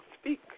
speak